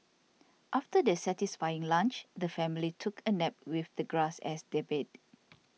after their satisfying lunch the family took a nap with the grass as their bed